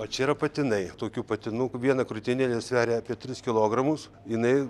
o čia yra patinai tokių patinų viena krūtinėlė sveria apie tris kilogramus jinai